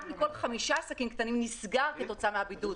אחד מכל חמישה עסקים קטנים נסגר כתוצאה מן הבידוד,